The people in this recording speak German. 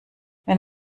wenn